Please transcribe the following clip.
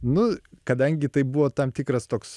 nu kadangi tai buvo tam tikras toks